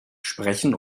sprechen